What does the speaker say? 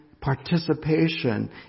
participation